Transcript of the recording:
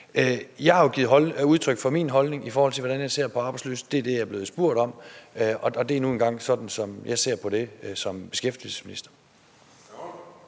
Jeg har jo givet udtryk for min holdning, i forhold til hvordan jeg ser på arbejdsløse. Det er det, jeg er blevet spurgt om, og det er nu engang sådan, som jeg ser på det som beskæftigelsesminister.